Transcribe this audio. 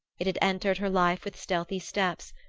it had entered her life with stealthy steps,